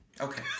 Okay